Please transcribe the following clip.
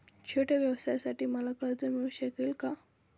छोट्या व्यवसायासाठी मला कर्ज मिळू शकेल का?